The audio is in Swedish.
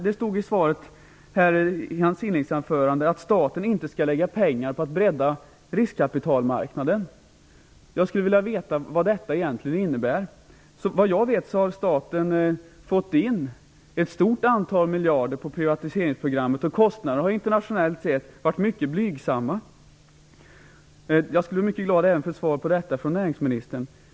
Det stod i svaret att staten inte skall lägga pengar på att bredda riskkapitalmarknaden. Jag skulle vilja veta vad detta egentligen innebär. Vad jag vet har staten fått in ett stort antal miljarder på privatiseringsprogrammet. Kostnaderna har internationellt sett varit mycket blygsamma. Jag skulle bli mycket glad över ett svar från näringsministern även på detta.